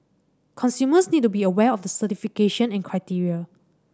consumers need to be aware of the certification and criteria